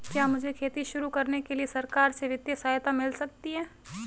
क्या मुझे खेती शुरू करने के लिए सरकार से वित्तीय सहायता मिल सकती है?